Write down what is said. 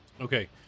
Okay